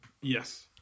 Yes